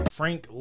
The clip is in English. frank